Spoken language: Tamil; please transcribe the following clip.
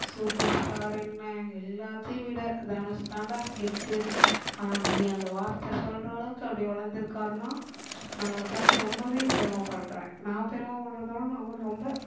சூப்பர் ஸ்டார் என்ன எல்லாத்தையும் விட தனுஷ் தான்டா கெத்து அப்படி அந்த வார்த்தை சொல்கிற அளவுக்கு அப்படி வளர்ந்துருக்காருன்னா நான் அவரை பார்த்து ரொம்பவே பெருமை படுறேன் நான் பெருமை படுறதோட அவரு ரொம்ப